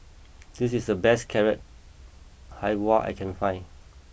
this is the best Carrot Halwa I can find